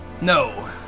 No